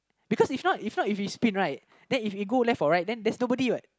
because if not if not if it spin right then if it go left or right then there's nobody what